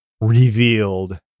Revealed